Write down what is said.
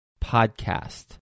Podcast